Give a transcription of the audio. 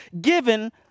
given